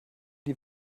die